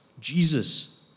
Jesus